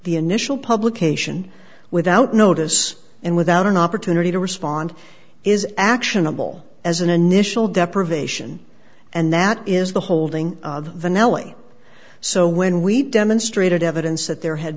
the initial publication without notice and without an opportunity to respond is actionable as an initial deprivation and that is the holding of the nellie so when we demonstrated evidence that there had